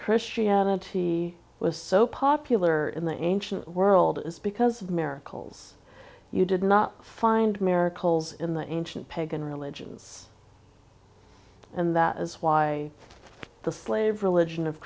christianity was so popular in the ancient world is because of miracles you did not find miracles in the ancient pagan religions and that is why the slave religion of